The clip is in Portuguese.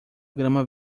grama